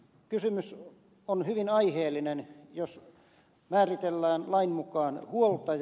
kysymys on hyvin aiheellinen jos määritellään lain mukaan huoltaja